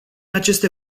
aceste